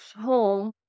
home